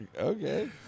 okay